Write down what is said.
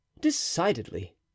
Decidedly